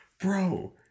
Bro